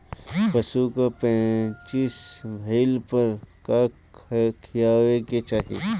पशु क पेचिश भईला पर का खियावे के चाहीं?